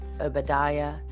Obadiah